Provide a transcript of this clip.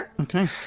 Okay